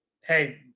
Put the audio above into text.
hey